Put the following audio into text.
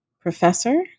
professor